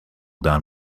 down